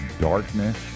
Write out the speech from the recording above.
darkness